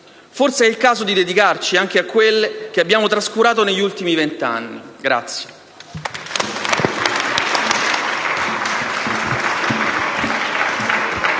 forse è il caso di dedicarci anche a quelle che abbiamo trascurato negli ultimi venti anni.